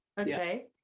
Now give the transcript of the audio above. Okay